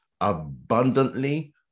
abundantly